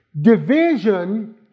Division